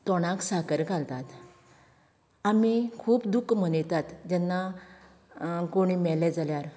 तोंडाक साकर घालतात आमी खूब दूख मनयतात जेन्ना कोणी मेले जाल्यार